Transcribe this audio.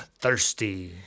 thirsty